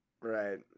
Right